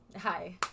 Hi